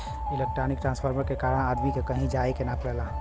electronic transfer के कारण आदमी के कहीं जाये के ना पड़ेला